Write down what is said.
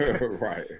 Right